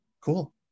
Cool